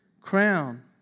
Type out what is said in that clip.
crown